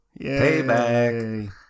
Payback